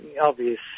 obvious